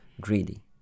greedy